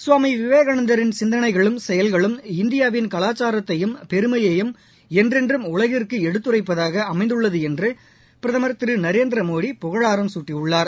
சுவாமி விவேகானந்தின் சிந்தனைகளும் செயல்களும் இந்தியாவின் கலாச்சாரத்தையும் பெருமையையும் என்றென்றும் உலகிற்கு எடுத்துரைப்பதாக அமைந்துள்ளது என்று பிரதமர் திரு நரேந்திரமோடி புகழாரம் குட்டியுள்ளார்